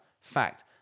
Fact